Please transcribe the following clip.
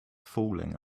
falling